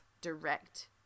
direct